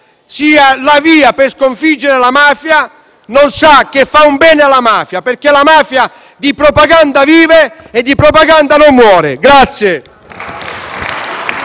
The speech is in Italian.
sia la via per sconfiggere la mafia non sa che fa un bene alla mafia, perché la mafia di propaganda vive e di propaganda non muore.